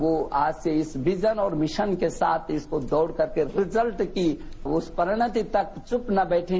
वो आज से इस विजन और इस मिशन के साथ इसको दौड़कर के रिजल्ट की परिणति तक चुप न बैठें